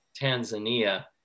Tanzania